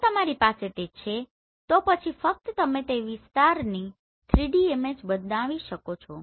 જો તમારી પાસે તે છે તો પછી ફક્ત તમે તે વિસ્તારની 3D ઈમેજ બનાવી શકો છો